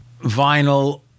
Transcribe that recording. vinyl